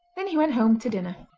then he went home to dinner.